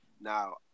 Now